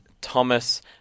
Thomas